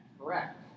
correct